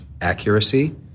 accuracy